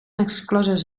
excloses